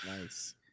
nice